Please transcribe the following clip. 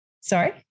Sorry